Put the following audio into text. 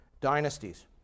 dynasties